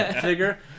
figure